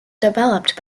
developed